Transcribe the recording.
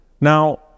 Now